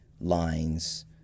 lines